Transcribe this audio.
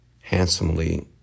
handsomely